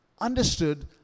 understood